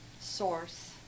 Source